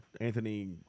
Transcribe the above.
Anthony